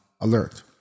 alert